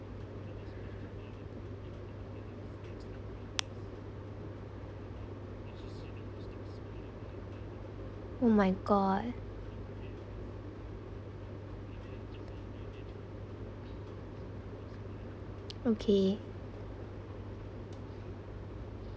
oh my god okay